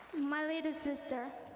my little sister,